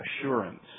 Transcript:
assurance